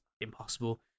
impossible